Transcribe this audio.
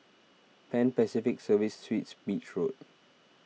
Pan Pacific Serviced Suites Beach Road